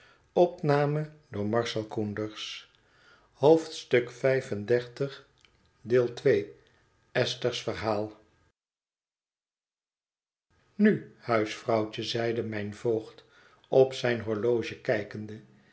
nu huisvrouwtje zeide mijn voogd op zijn horloge kijkende